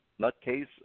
nutcase